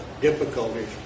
difficulties